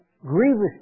grievous